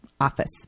office